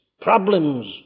problems